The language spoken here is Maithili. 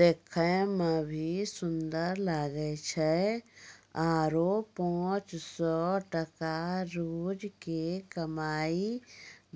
देखै मॅ भी सुन्दर लागै छै आरो पांच सौ टका रोज के कमाई